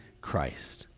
Christ